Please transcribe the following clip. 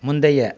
முந்தைய